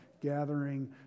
gathering